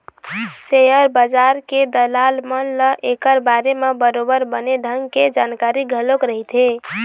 share बजार के दलाल मन ल ऐखर बारे म बरोबर बने ढंग के जानकारी घलोक रहिथे